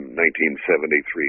1973